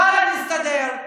ואללה, מסתדר.